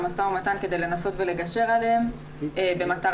המשא ומתן כדי לנסות ולגשר עליהם במטרה,